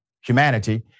humanity